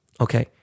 Okay